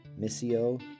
Missio